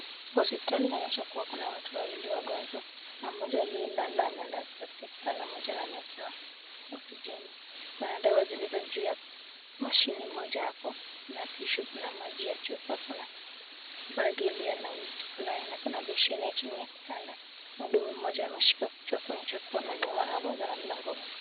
Hospitali inaonyesha kuwa kuna watu wawili wagonjwa. N ammoja aliyelala amelazwa katika kitanda kimoja na amewekewa oksijeni juu ya mashine moja hapo. Kuna tissue na maji ya chupa. Kuna bangi iliyo na vitu fulani na kuna besheni chiniya kitanda. Mhudumu mmoja ameshika kichwa kuonyesha kuwa amelemewa na ugonjwa na mlango umefungwa.